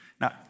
Now